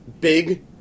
big